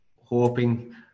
hoping